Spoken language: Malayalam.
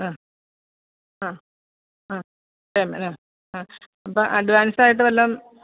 അ അ അ തന്നെ അ അ അപ്പ അഡ്വാൻസ് ആയിട്ട് വല്ലതും